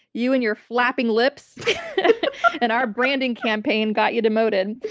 you and your flapping lips and our branding campaign got you demoted.